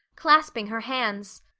clasping her hands,